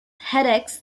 headaches